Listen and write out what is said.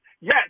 Yes